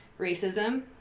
racism